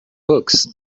books